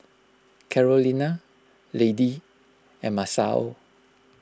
Carolina Lady and Masao